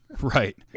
Right